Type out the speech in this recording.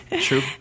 true